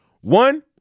One